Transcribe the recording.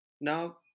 now